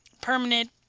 permanent